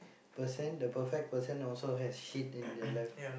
person the perfect person also has shit in their life